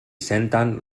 senten